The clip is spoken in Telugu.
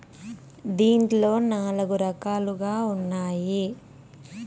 దీంట్లో నాలుగు రకాలుగా ఉన్నాయి